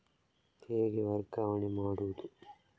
ಹೇಗೆ ವರ್ಗಾವಣೆ ಮಾಡುದು?